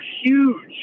huge